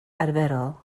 arferol